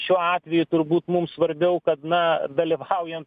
šiuo atveju turbūt mums svarbiau kad na dalyvaujam